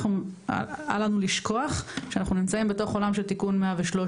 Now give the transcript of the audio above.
כאשר אל לנו לשכוח שאנחנו נמצאים בתוך עולם של תיקון 113,